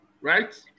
right